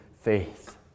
faith